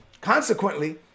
consequently